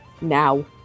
now